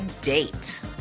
date